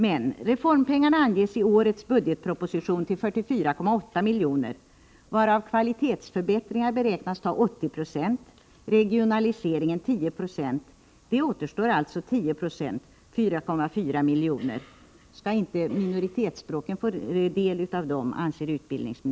Men reformpengarna anges i årets budgetproposition till 44,8 miljoner, varav kvalitetsförbättringar beräknas ta 80 2 och regionaliseringen 10 96. Det återstår alltså 10 96, dvs. 4,4 miljoner. Anser statsrådet att minoritetsspråken inte skall få del av dem?